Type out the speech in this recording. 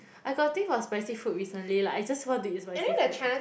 I got a thing for spicy food recently like I just want to eat spicy food